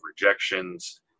rejections